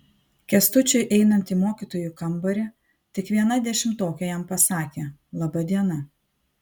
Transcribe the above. kęstučiui einant į mokytojų kambarį tik viena dešimtokė jam pasakė laba diena